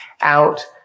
out